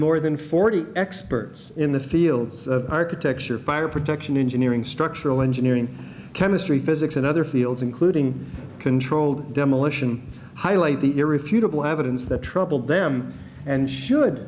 more than forty experts in the fields of architecture fire protection engineering structural engineering chemistry physics and other fields including controlled demolition highlight the irrefutable evidence that troubled them and should